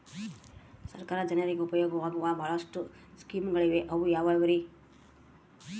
ಸರ್ಕಾರ ಜನರಿಗೆ ಉಪಯೋಗವಾಗೋ ಬಹಳಷ್ಟು ಸ್ಕೇಮುಗಳಿವೆ ಅವು ಯಾವ್ಯಾವ್ರಿ?